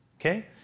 Okay